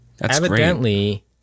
Evidently